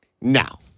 Now